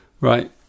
Right